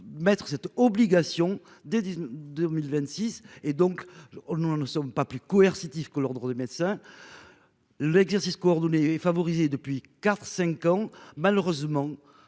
Me cette obligation dès 2026 et donc. Nous on nous ne sommes pas plus coercitif que l'Ordre des médecins. L'exercice coordonné et favoriser depuis 4 5 ans, malheureusement